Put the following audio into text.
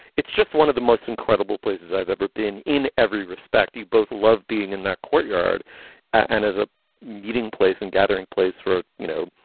it's just one of the most incredible places i've ever been. in every respect, you both love being in that courtyard and as a meeting place and gathering place for, you know,